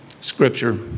scripture